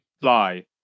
fly